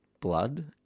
blood